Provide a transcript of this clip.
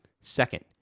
Second